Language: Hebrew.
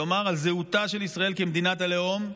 כלומר על זהותה של ישראל כמדינת הלאום.